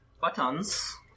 Buttons